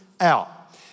out